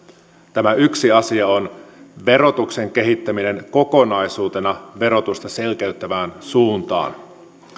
tämä yksi asia on verotuksen kehittäminen kokonaisuutena verotusta selkeyttävään suuntaan